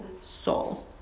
soul